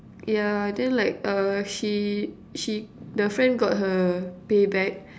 yeah then like err she she the friend got her pay back